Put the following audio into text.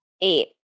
eight